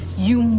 you.